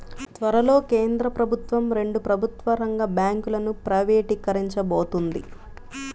త్వరలో కేంద్ర ప్రభుత్వం రెండు ప్రభుత్వ రంగ బ్యాంకులను ప్రైవేటీకరించబోతోంది